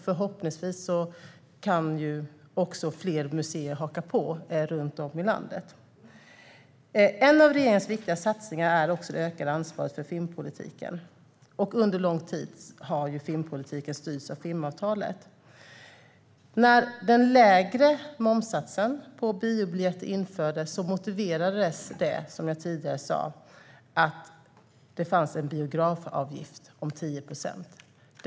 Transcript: Förhoppningsvis kan fler museer haka på runt om i landet. En av regeringens viktigaste satsningar är det ökade ansvaret för filmpolitiken. Filmpolitiken har under lång tid styrts av filmavtalet. När den lägre momssatsen på biobiljetter infördes motiverades det av, som jag tidigare sa, att det fanns en biografavgift på 10 procent.